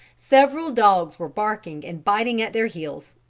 several dogs were barking and biting at their heels.